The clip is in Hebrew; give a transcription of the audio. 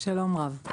שלום רב.